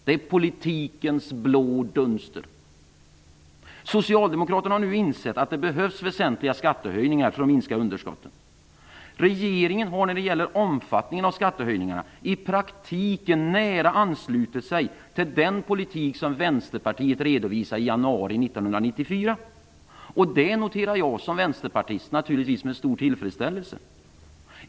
Det är politikens blå dunster. Socialdemokraterna har nu insett att det behövs väsentliga skattehöjningar för att minska underskotten. Regeringen har när det gäller omfattning av skattehöjningarna i praktiken nära anslutit sig till den politik som Vänsterpartiet redovisade i januari 1994. Det noterar jag som Vänsterpartist med stor tillfredsställelse.